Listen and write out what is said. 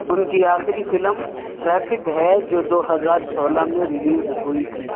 ان کی آخری فلم ٹریفک ہے جو دو ہزار سولہ میں ریلیز ہوئی تھی